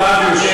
הורדנו.